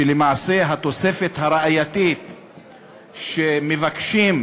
למעשה, התוספת הראייתית שמבקשים,